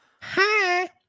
Hi